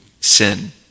sin